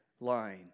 line